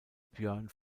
björn